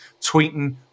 tweeting